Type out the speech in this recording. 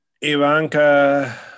Ivanka